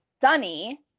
Sunny